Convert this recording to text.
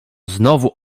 znowu